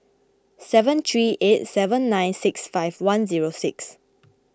seven three eight seven nine six five one zero six